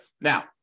Now